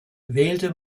wählte